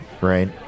right